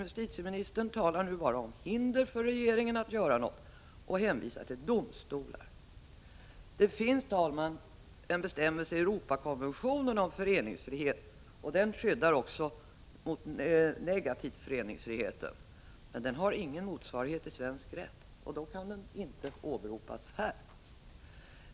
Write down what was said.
Justitieministern talar nu bara om hinder för regeringen att göra något och hänvisar till domstolar. Det finns, herr talman, en bestämmelse i Europakonventionen om föreningsfrihet. Den skyddar också den negativa föreningsfriheten, men den har ingen motsvarighet i svensk rätt, och därför kan den inte åberopas här.